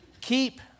Keep